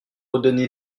redonner